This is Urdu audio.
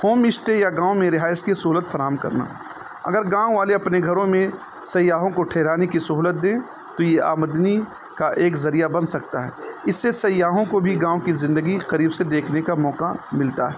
ہوم اسٹے یا گاؤں میں رہائش کی سہولت فراہم کرنا اگر گاؤں والے اپنے گھروں میں سیاحوں کو ٹھہرانے کی سہولت دیں تو یہ آمدنی کا ایک ذریعہ بن سکتا ہے اس سے سیاحوں کو بھی گاؤں کی زندگی قریب سے دیکھنے کا موقع ملتا ہے